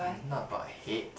not about hate